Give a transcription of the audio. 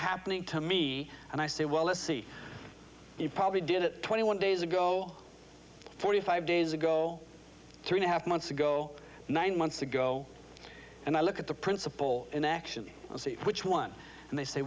happening to me and i say well let's see you probably did it twenty one days ago forty five days ago two and a half months ago nine months ago and i look at the principle in action and see which one and they say